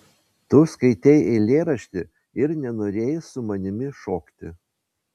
tu skaitei eilėraštį ir nenorėjai su manimi šokti